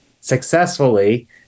successfully